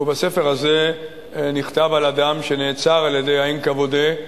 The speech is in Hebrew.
ובספר הזה נכתב על אדם שנעצר על-ידי ה-NKVD,